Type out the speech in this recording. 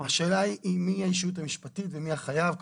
השאלה היא מי הישות המשפטית ומי החייב,